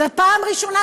זאת פעם ראשונה,